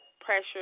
pressure